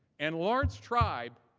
and large stride